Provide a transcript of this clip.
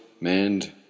manned